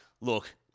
Look